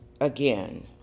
again